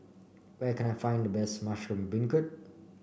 where can I find the best Mushroom Beancurd